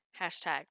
Hashtag